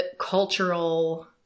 cultural